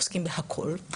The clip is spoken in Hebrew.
עוסקים בכול,